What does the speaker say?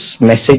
message